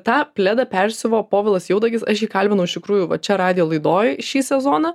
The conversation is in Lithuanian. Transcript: tą pledą persiuvo povilas jaudagis aš jį kalbinau iš tikrųjų va čia radijo laidoj šį sezoną